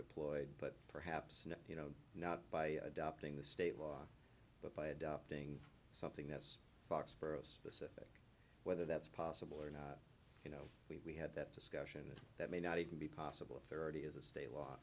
deployed but perhaps not you know not by adopting the state law but by adopting something that's foxborough specific whether that's possible or not you know we had that discussion that may not even be possible authority as a state